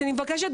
אני מבקשת,